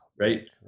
Right